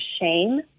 shame